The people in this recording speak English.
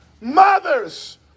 mothers